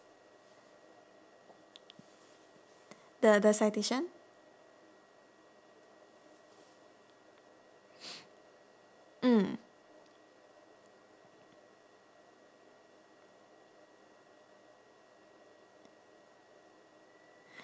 the the citation mm